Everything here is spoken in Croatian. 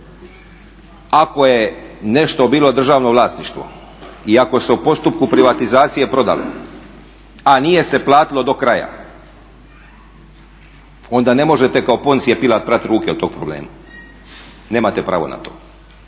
Ako je nešto bilo državno vlasništvo i ako se u postupku privatizacije prodalo, a nije se platilo do kraja onda ne možete kao Poncije Pilat prat ruke od tog problema. Nemate pravo na to.